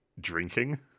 drinking